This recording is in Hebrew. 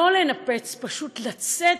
לא לנפץ, פשוט לצאת